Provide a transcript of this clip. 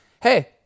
hey